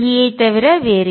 ஐத் தவிர வேறில்லை